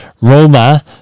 Roma